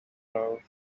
now